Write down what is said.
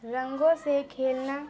رنگوں سے کھیلنا